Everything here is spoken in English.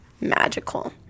Magical